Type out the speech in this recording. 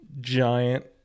giant